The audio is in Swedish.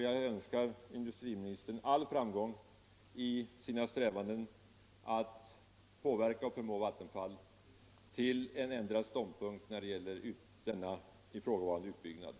Jag önskar industriministern all framgång i strävandena att påverka och förmå Vattenfall till en ändrad ståndpunkt när det gäller den ifrågavarande utbyggnaden.